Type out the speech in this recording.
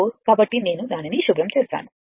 కాబట్టి నేను దానిని శుభ్రం చేస్తాను